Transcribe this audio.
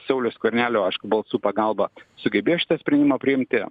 sauliaus skvernelio aišku balsų pagalba sugebėjo šitą sprendimą priimti